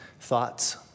thoughts